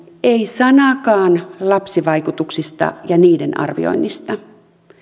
ei sanaakaan lapsivaikutuksista ja niiden arvioinnista